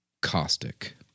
caustic